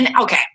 okay